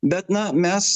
bet na mes